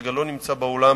שכרגע לא נמצא באולם,